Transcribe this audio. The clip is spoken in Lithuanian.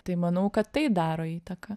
tai manau kad tai daro įtaką